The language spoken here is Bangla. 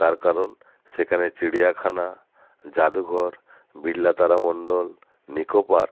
তার কারণ সেখানে চিড়িয়াখানা যাদুঘর বিড়লা তারামণ্ডল নিকো পার্ক